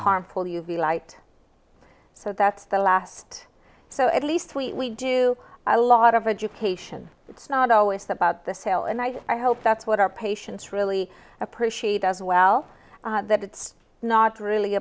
harmful u v light so that's the last so at least we do a lot of education it's not always about the sale and i hope that's what our patients really appreciate as well that it's not really